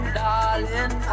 darling